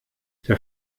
der